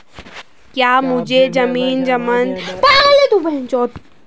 क्या मुझे ज़मीन ज़मानत के तौर पर कुछ समय के लिए ऋण मिल पाएगा?